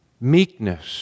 meekness